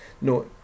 No